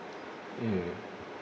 mm